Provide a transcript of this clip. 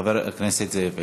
חבר הכנסת זאב אלקין.